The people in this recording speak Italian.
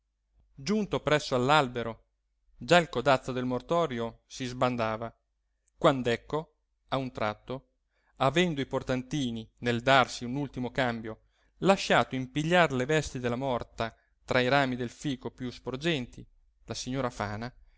giunto presso all'albero già il codazzo del mortorio si sbandava quand'ecco a un tratto avendo i portantini nel darsi un ultimo cambio lasciato impigliar le vesti della morta tra i rami del fico più sporgenti la signora fana